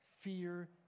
Fear